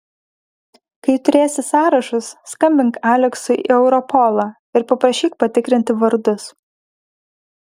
kai turėsi sąrašus skambink aleksui į europolą ir paprašyk patikrinti vardus